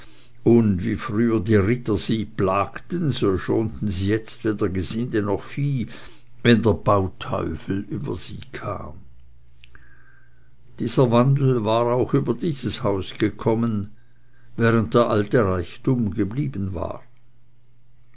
und wie früher die ritter sie plagten so schonten sie jetzt weder gesinde noch vieh wenn der bauteufel über sie kam dieser wandel war auch über dieses haus gekommen während der alte reichtum geblieben war